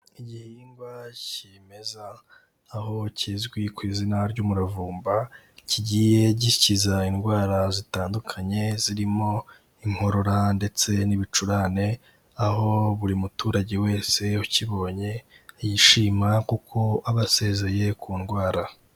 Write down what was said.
Igihingwa kimeza aho kizwi ku izina ry'umuravumba kigiye gikiza indwara zitandukanye zirimo inkorora ndetse n'ibicurane, aho buri muturage wese ukibonye yishima kuko aba asezeye ku ndwara.